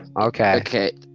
Okay